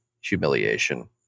Humiliation